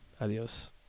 Adios